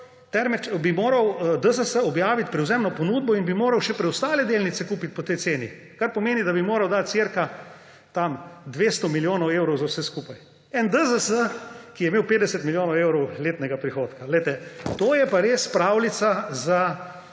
bi morala DZS objaviti prevzemno ponudbo in bi morala še preostale delnice kupiti po tej ceni. Kar pomeni, da bi morala dati cirka tam 200 milijonov evrov za vse skupaj. Ena DZS, ki je imel 50 milijonov evrov letnega prihodka! To je pa res pravljica za